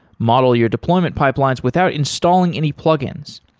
model your deployment pipelines without installing any plug-ins.